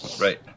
Right